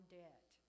debt